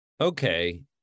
okay